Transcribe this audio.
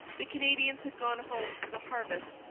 the canadians had gone home for the harvest,